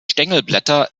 stängelblätter